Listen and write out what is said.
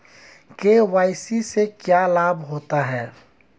KYC से क्या लाभ होता है?